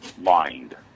mind